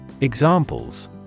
Examples